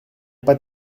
pas